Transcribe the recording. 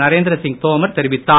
நரேந்திர சிங் தோமர் தெரிவித்தார்